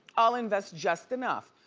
i'll invest just enough.